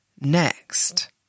next